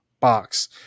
box